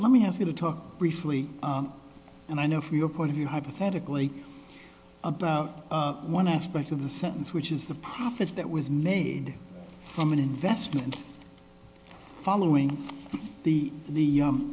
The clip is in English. let me ask you to talk briefly and i know from your point of view hypothetically about one aspect of the sentence which is the profit that was need from an investment following the the